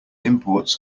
imports